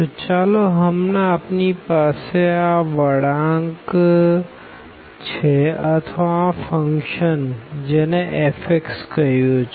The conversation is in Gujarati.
તો ચાલો હમણાં આપણી પાસે આ વળાંક છે અથવા આ ફંક્શન જેને f કહ્યું છે